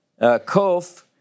Kof